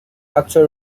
actual